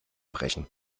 brechen